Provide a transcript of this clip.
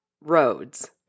roads